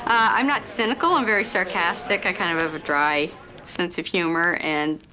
i'm not cynical, i'm very sarcastic. i kind of have a dry sense of humor, and